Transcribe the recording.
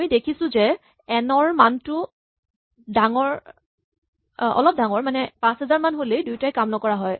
আমি দেখিছো যে এন ৰ মানটো অলপ ডাঙৰ মানে ৫০০০ মান হ'লেই দুয়োটাই কাম নকৰা হয়